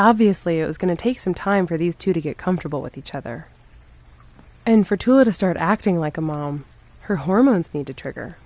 obviously it was going to take some time for these two to get comfortable with each other and for two to start acting like a mom her hormones need to trigger